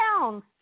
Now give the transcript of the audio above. down